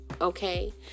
Okay